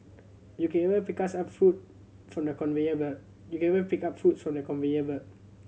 you can even pick fruits from the conveyor belt you can even pick up fruits from the conveyor belt